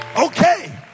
okay